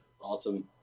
Awesome